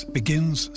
begins